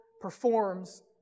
performs